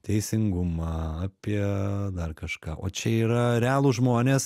teisingumą apie dar kažką o čia yra realūs žmonės